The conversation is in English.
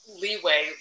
leeway